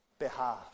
behalf